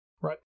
Right